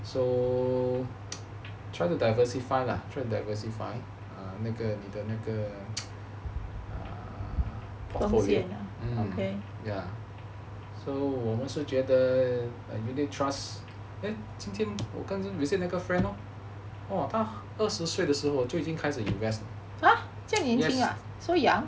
so try to diversify lah try to diversify 那个你的那个 err portfolio ya so 我们觉得 unit trust eh tim 我跟那个 friend !wah! 他二十岁的时候就已经开始 invest yes